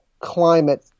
climate